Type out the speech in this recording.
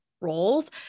roles